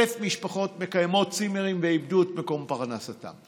1,000 משפחות מקיימות צימרים ואיבדו את מקור פרנסתן.